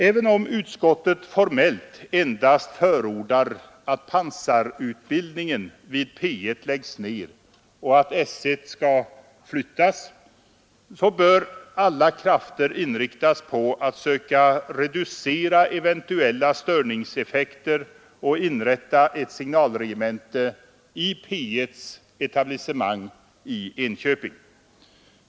Även om utskottet formellt endast förordar att pansarutbildningen vid P 1 läggs ned och att S 1 skall flyttas, bör alla krafter inriktas på att söka reducera eventuella störningseffekter och att inrätta ett signalregemente i P 1:s etablissemang i Enköping.